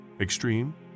Extreme